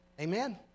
amen